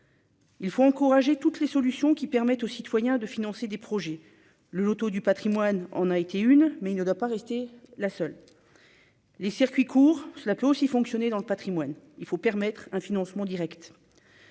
Il faut encourager toutes les solutions qui permettent aux citoyens de financer des projets, le Loto du Patrimoine, on a été une mais il ne doit pas rester la seule les circuits courts, cela peut aussi fonctionner dans le Patrimoine, il faut permettre un financement Direct,